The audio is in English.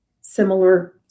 similar